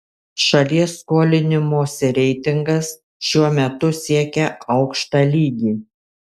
šalies skolinimosi reitingas šiuo metu siekia aukštą lygį